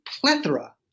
plethora